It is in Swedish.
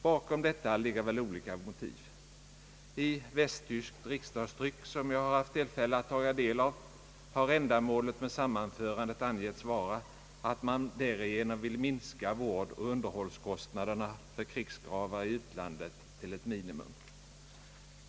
Bakom detta ligger väl olika motiv. I västtyskt riksdagstryck som jag har haft tillfälle att taga del av har ändamålet med sammanförandet angetts vara att man därigenom vill minska vårdoch underhållskostnaderna för krigsgravar i utlandet till ett minimum.